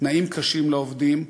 תנאים קשים לעובדים,